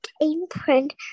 imprint